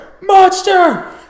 monster